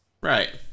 right